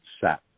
set